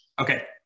Okay